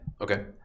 Okay